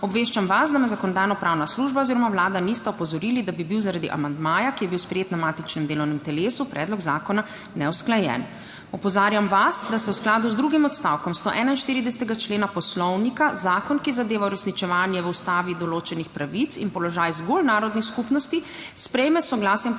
Obveščam vas, da me Zakonodajno-pravna služba oziroma Vlada nista opozorili, da bi bil zaradi amandmaja, ki je bil sprejet na matičnem delovnem telesu, predlog zakona neusklajen. Opozarjam vas, da se v skladu z drugim odstavkom 141. člena Poslovnika zakon, ki zadeva uresničevanje v ustavi določenih pravic in položaj zgolj narodnih skupnosti, sprejme s soglasjem